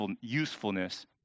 usefulness